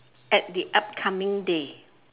at the upcoming day